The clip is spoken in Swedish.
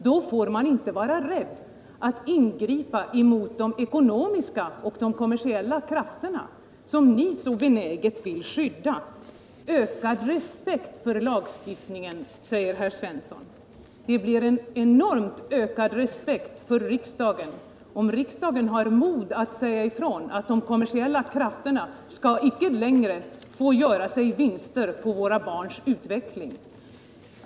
Då får man inte vara rädd för att ingripa mot de ekonomiska och kommersiella krafterna, som ni så benäget vill skydda. Ökad respekt för lagstiftningen, säger Sten Svensson. Det blir en enorm respekt för riksdagen om riksdagen har mod att säga ifrån att de kommersiella krafterna inte längre skall få göra sig vinster på bekostnad av våra barns utveckling.